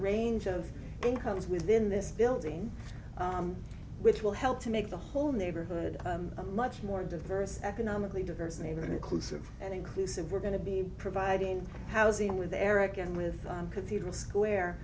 range of incomes within this building which will help to make the whole neighborhood a much more diverse economically diverse neighborhood inclusive and inclusive we're going to be providing housing with eric and with cathedral square